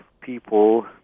people